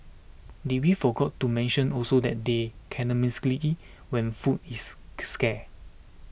did we forgot to mention also that they cannibalistic when food is scarce